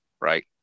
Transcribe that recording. right